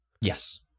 Yes